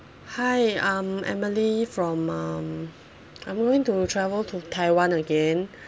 hi I'm emily from um I'm going to travel to taiwan again